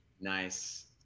nice